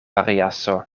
variaso